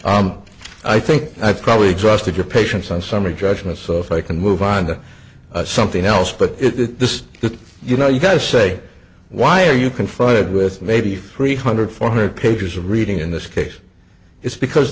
i think i probably exhausted your patience on summary judgments of i can move on to something else but this is you know you got to say why are you confronted with maybe three hundred four hundred pages of reading in this case it's because